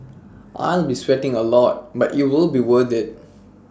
I'll be sweating A lot but it'll be worth IT